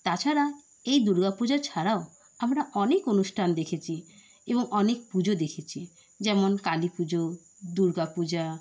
তাছাড়া এই দুর্গাপূজা ছাড়াও আমরা অনেক অনুষ্ঠান দেখেছি এবং অনেক পুজো দেখেছি যেমন কালী পুজো দুর্গাপূজা